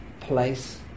place